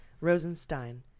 Rosenstein